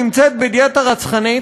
שנמצאת בדיאטה רצחנית,